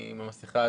אני עם המסכה,